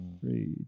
Three